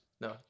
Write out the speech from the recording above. No